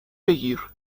بگیر